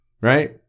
right